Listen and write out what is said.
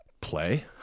play